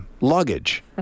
luggage